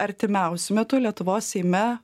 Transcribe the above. artimiausiu metu lietuvos seime